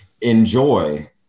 enjoy